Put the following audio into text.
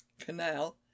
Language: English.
canal